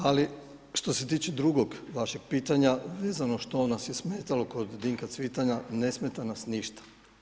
Ali što se tiče drugog vašeg pitanja, vezano što nas je smetalo kod Dinka Cvitana, ne smeta nas ništa.